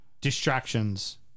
Distractions